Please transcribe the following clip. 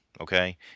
Okay